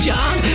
John